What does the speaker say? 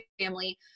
family